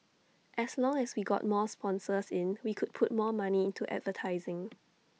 as long as we got more sponsors in we could put more money into advertising